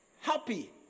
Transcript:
happy